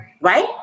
Right